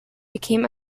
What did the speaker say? became